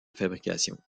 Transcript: fabrication